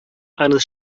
eines